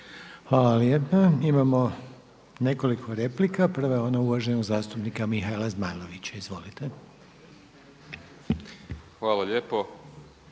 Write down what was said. Hvala lijepa. Imamo nekoliko replika. Prva je uvaženog zastupnika Ivana Sinčića. Izvolite. **Sinčić,